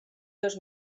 dos